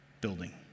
building